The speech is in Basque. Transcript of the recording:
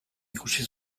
ikusi